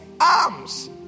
arms